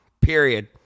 period